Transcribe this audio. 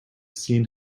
seen